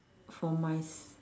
for my s~